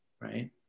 right